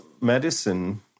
medicine